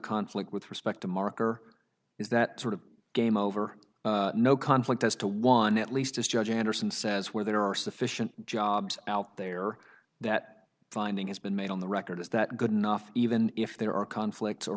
conflict with respect to mark or is that sort of game over no conflict as to one at least as judge anderson says where there are sufficient jobs out there that finding has been made on the record is that good enough even if there are conflicts or